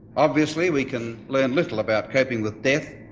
obviously we can learn little about coping with death,